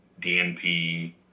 DNP